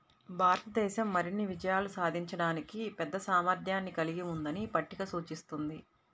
భారతదేశం మరిన్ని విజయాలు సాధించడానికి పెద్ద సామర్థ్యాన్ని కలిగి ఉందని పట్టిక సూచిస్తుంది